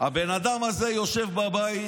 הבן אדם הזה יושב בבית,